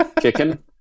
kicking